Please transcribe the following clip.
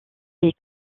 est